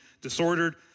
disordered